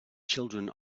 children